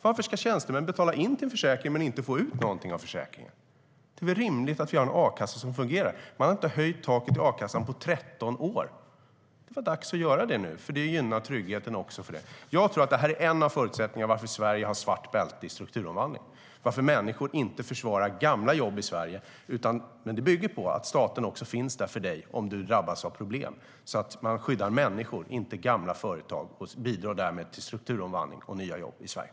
Varför ska tjänstemän betala in till en försäkring men inte få ut något av den? Det är väl rimligt att vi har en a-kassa som fungerar. Man har inte höjt taket i a-kassan på 13 år. Det är dags att göra det nu, för det gynnar tryggheten också för dessa grupper. Jag tror att detta är en av anledningarna till att Sverige har svart bälte i strukturomvandling och att människor i Sverige inte försvarar gamla jobb. Men det bygger på att staten också finns där för den som drabbas av problem. Man skyddar människor, inte gamla företag, och bidrar därmed till strukturomvandling och nya jobb i Sverige.